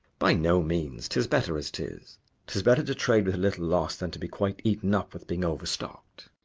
by no means, tis better as tis tis better to trade with a little loss, than to be quite eaten up with being overstocked.